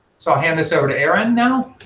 so i'll hand this over to aaron now.